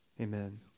Amen